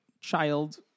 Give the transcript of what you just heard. child